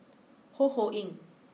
Ho Ho Ying